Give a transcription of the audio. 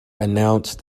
announced